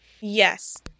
Yes